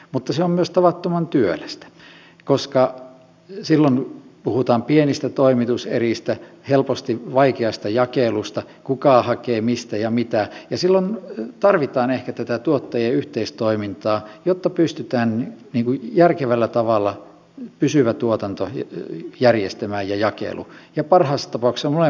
mutta se on myös tavattoman työlästä koska silloin puhutaan pienistä toimituseristä helposti vaikeasta jakelusta kuka hakee mistä ja mitä ja silloin tarvitaan ehkä tätä tuottajien yhteistoimintaa jotta pystytään järkevällä tavalla pysyvään tuotantojärjestelmään ja jakeluun ja parhaassa tapauksessa molemmat hyötyvät